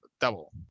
double